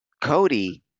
Cody